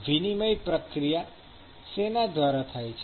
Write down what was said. વિનિમય પ્રક્રિયા શેના દ્વારા થાય છે